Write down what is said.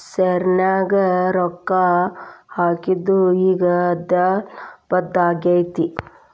ಶೆರ್ನ್ಯಾಗ ರೊಕ್ಕಾ ಹಾಕಿದ್ದು ಈಗ್ ಅಗ್ದೇಲಾಭದಾಗೈತಿ